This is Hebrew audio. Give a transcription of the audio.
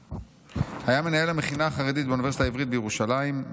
היה מנהל המכינה החרדית באוניברסיטה העברית בירושלים,